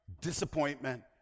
disappointment